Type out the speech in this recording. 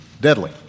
deadly